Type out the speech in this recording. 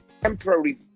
temporary